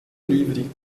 livre